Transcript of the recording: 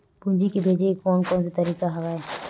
पूंजी भेजे के कोन कोन से तरीका हवय?